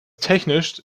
technisch